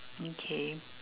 okay